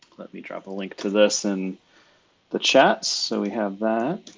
let me drop a link to this and the chats. so we have that.